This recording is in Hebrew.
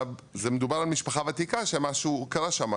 מדובר על משפחה ותיקה שמשהו קרה שם.